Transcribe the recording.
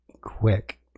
quick